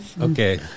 Okay